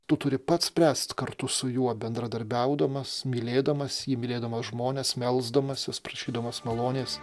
tu turi pats spręst kartu su juo bendradarbiaudamas mylėdamas jį mylėdamas žmones melsdamasis prašydamas malonės